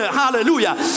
Hallelujah